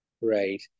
right